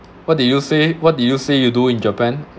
what did you say what did you say you do in japan